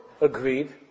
agreed